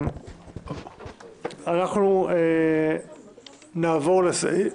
המלצה בדבר מינוי סגן ליושב-ראש הכנסת אנחנו עוברים לסעיף